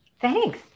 Thanks